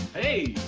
hey!